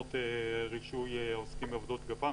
בתקנות רישוי עוסקים בעבודות גפ"מ,